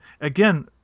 again –